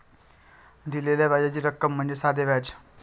दिलेल्या व्याजाची रक्कम म्हणजे साधे व्याज